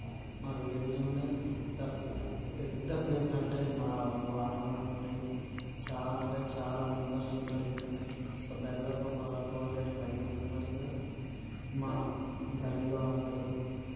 మా విలేజ్లో త పెద్ద ప్లేస్ అంటే మా వాడలో ఉంటుంది చాలా అంటే చాలా మెంబర్స్ ఉంటారు ఇక్కడ ఒక దరిదాపు ఒక టూ హండ్రెడ్ పైగా మెంబర్స్ పైగా మా గల్లీలో ఆడతారు